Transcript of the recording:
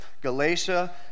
Galatia